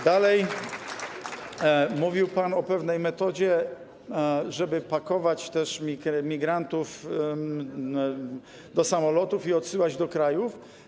Dalej mówił pan o pewnej metodzie, żeby pakować migrantów do samolotów i odsyłać do krajów.